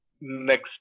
next